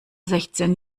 sechzehn